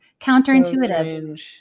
Counterintuitive